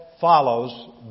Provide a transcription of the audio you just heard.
follows